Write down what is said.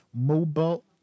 mobile